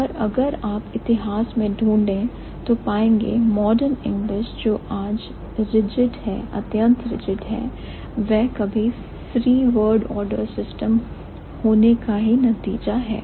पर अगर आप इतिहास में ढूंढे तो पाएंगे मॉडर्न इंग्लिश जो आज अत्यंत रिजेड है वह कभी free order सिस्टम होने का ही नतीजा है